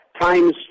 times